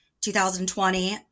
2020